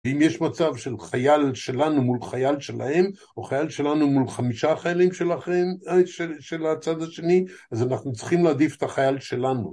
אם יש מצב של חייל שלנו מול חייל שלהם או חייל שלנו מול חמישה חיילים שלכ.. של.. של הצד השני, אז אנחנו צריכים להעדיף את החייל שלנו.